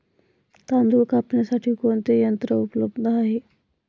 तांदूळ कापण्यासाठी कोणते यंत्र उपलब्ध आहे?